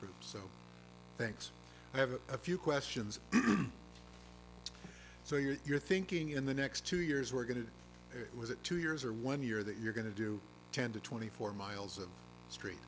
groups so thanks i have a few questions so you're thinking in the next two years we're going to was it two years or one year that you're going to do ten to twenty four miles of st